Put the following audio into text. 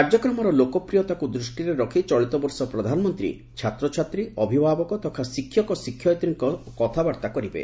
କାର୍ଯ୍ୟକ୍ରମର ଲୋକପ୍ରିୟତାକୁ ଦୃଷ୍ଟିରେ ରଖି ଚଳିତବର୍ଷ ପ୍ରଧାନମନ୍ତ୍ରୀ ଛାତ୍ରଛାତ୍ରୀ ଅଭିଭାବକ ତଥା ଶିକ୍ଷକ ଶିକ୍ଷୟିତ୍ରୀଙ୍କ ସହ କଥାବାର୍ତ୍ତା କରିବେ